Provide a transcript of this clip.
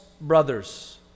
brothers